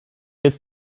jetzt